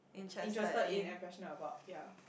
interested in and passionate about ya